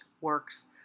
works